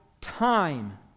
time